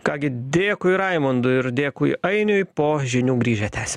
ką gi dėkui raimundui ir dėkui ainiui po žinių grįžę tęsim